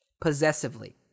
possessively